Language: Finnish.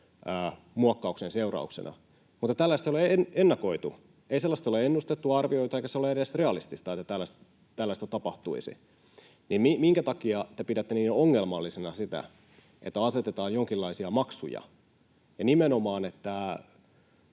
muokkauksen seurauksena, mutta kun tällaista ei ole ennakoitu — ei sellaista ole ennustettu arvioissa, eikä ole edes realistista, että tällaista tapahtuisi — niin minkä takia te pidätte niin ongelmallisena sitä, että asetetaan jonkinlaisia maksuja ja nimenomaan että